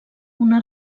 una